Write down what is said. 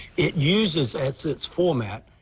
its uses at its its format,